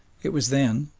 it was then,